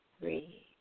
three